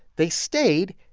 they stayed.